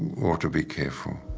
ought to be careful.